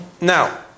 Now